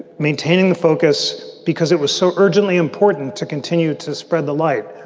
maintaining the focus because it was so urgently important to continue to spread the light.